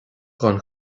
don